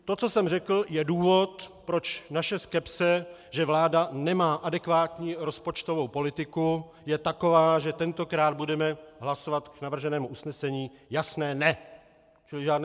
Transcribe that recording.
To, co jsem řekl, je důvod, proč naše skepse, že vláda nemá adekvátní rozpočtovou politiku, je taková, že tentokrát budeme hlasovat k navrženému usnesení jasné ne!